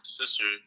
sister